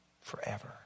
Forever